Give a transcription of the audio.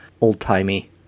old-timey